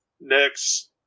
next